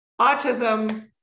autism